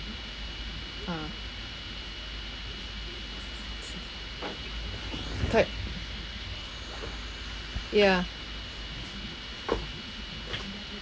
ah type ya